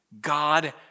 God